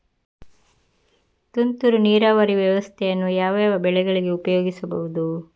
ತುಂತುರು ನೀರಾವರಿ ವ್ಯವಸ್ಥೆಯನ್ನು ಯಾವ್ಯಾವ ಬೆಳೆಗಳಿಗೆ ಉಪಯೋಗಿಸಬಹುದು?